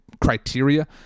criteria